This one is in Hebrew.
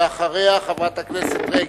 ואחריה, חברת הכנסת רגב.